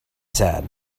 said